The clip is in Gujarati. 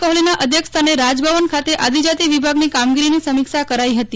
કોહલીના અધ્યક્ષસ્થાને રાજભવન ખાતે આદિજાતી વિભાગની કામગીરીની સમીક્ષા કરાઇ હતી